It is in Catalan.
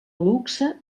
luxe